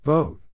Vote